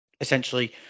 essentially